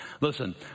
Listen